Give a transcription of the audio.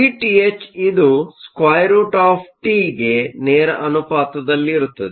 Vth ಇದು √T ಗೆ ನೇರ ಅನುಪಾತದಲ್ಲಿರುತ್ತದೆ